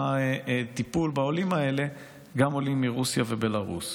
הטיפול בעולים האלה גם עולים מרוסיה ובלרוס.